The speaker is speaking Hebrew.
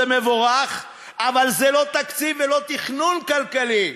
זה מבורך אבל זה לא תקציב ולא תכנון כלכלי.